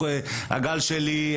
הגל שלי,